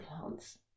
plants